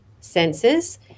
senses